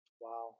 Wow